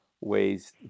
ways